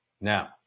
Now